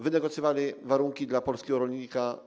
Wynegocjowało złe warunki dla polskiego rolnika.